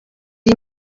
iyi